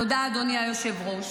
תודה, אדוני היושב-ראש.